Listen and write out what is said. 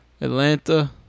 Atlanta